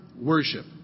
worship